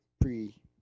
pre